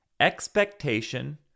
expectation